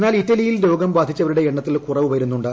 എന്നാൽ ഇറ്റലിയിൽ രോഗം ബാധിച്ചവരുടെ എണ്ണത്തിൽ കുറവ് വരുന്നുണ്ട്